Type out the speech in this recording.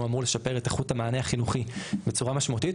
אמור לשפר את איכות המענה החינוכי בצורה משמעותית,